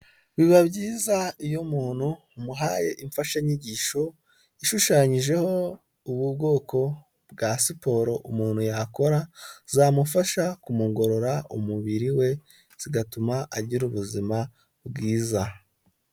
Biba byiza iyo umuntu umuhaye imfashanyigisho ishushanyijeho ubu bwoko bwa siporo umuntu yakora zamufasha kumugorora umubiri we zigatuma agira ubuzima bwiza.